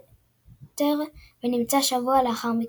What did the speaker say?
בווסטמינסטר ונמצא שבוע לאחר מכן.